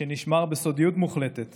שנשמר בסודיות מוחלטת